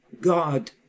God